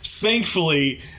Thankfully